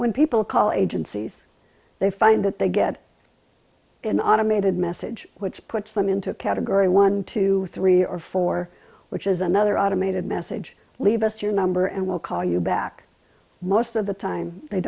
when people call agencies they find that they get an automated message which puts them into a category one two three or four which is another automated message leave us your number and we'll call you back most of the time they